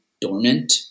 dormant